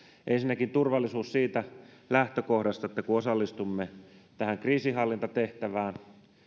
ensinnäkin turvallisuus siitä lähtökohdasta että kun osallistumme tähän kriisinhallintatehtävään